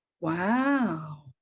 wow